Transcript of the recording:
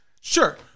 Sure